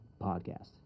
podcast